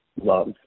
love